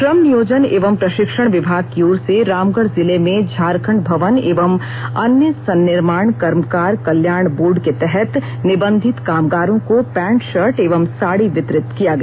श्रम नियोजन एवं प्रशिक्षण विभाग की ओर से रामगढ जिले में झारखंड भवन एवं अन्य सन्निर्माण कर्मकार कल्याण बोर्ड के तहत निबंधित कामगारों को पैंट शर्ट एवं साड़ी वितरित किया गया